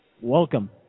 Welcome